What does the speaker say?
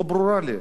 לא ברור לי.